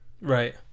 Right